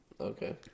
Okay